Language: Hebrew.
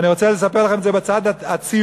אני רוצה לספר לכם את זה בצד הציוני.